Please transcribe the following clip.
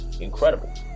incredible